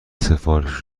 سفارش